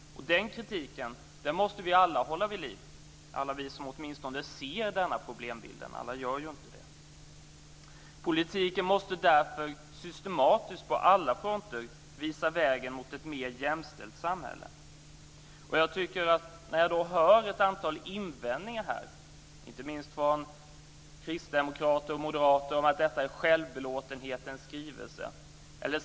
Denna kritik måste vi alla hålla vid liv - åtminstone alla vi som ser denna problembild. Alla gör ju inte det. Politiken måste därför systematiskt på alla punkter visa vägen mot ett mer jämställt samhälle. Jag hör ett antal invändningar här, inte minst från kristdemokrater och moderater, om att detta är självbelåtenhetens skrivelse.